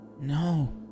No